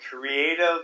creative